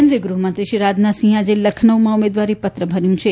કેન્દ્રિય ગ્રહમંત્રીશ્રી રાજનાથસિંહે આજે લખનઉમાં ઉમેદવારીપત્ર ભર્યું છે